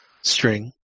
string